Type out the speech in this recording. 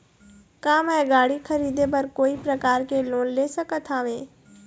का मैं गाड़ी खरीदे बर कोई प्रकार के लोन ले सकत हावे?